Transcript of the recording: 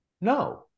No